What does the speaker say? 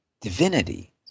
divinity